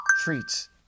treats